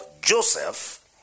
Joseph